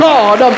God